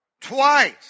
twice